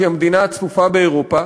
שהיא המדינה הצפופה באירופה,